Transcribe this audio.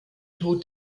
tod